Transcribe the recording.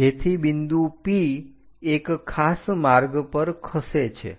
જેથી બિંદુ P એક ખાસ માર્ગ પર ખસે છે